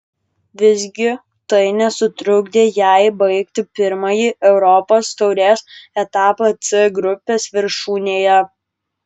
visgi tai nesutrukdė jai baigti pirmąjį europos taurės etapą c grupės viršūnėje